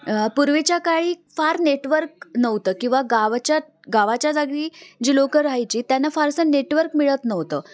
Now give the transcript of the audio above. पूर्वीच्या काळी फार नेटवर्क नव्हतं किंवा गावाच्या गावाच्या जागी जी लोक राहायची त्यांना फारसं नेटवर्क मिळत नव्हतं